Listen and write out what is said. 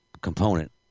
component